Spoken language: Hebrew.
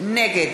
נגד